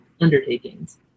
undertakings